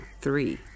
three